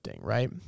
right